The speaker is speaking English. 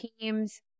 teams